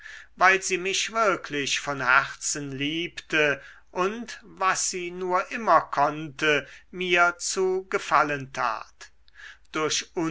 weil sie mich wirklich von herzen liebte und was sie nur immer konnte mir zu gefallen tat durch